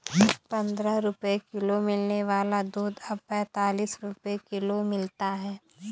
पंद्रह रुपए किलो मिलने वाला दूध अब पैंतालीस रुपए किलो मिलता है